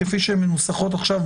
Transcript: כפי שהן מנוסחות עכשיו,